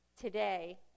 today